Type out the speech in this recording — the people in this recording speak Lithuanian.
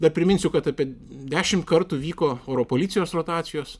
dar priminsiu kad apie dešimt kartų vyko oro policijos rotacijos